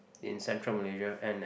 in Central Malaysia and and